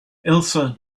elsa